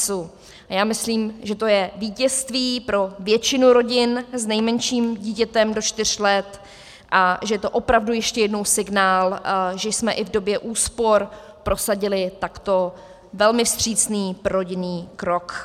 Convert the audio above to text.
A já myslím, že to je vítězství pro většinu rodin s nejmenším dítětem do čtyř let a že to je opravdu ještě jednou signál, že jsme i v době úspor prosadili takto velmi vstřícný prorodinný krok.